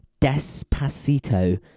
Despacito